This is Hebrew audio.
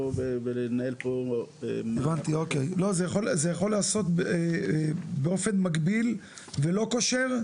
ולנהל פה- -- זה יכול לעשות באופן מקביל ולא קושר,